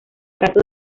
caso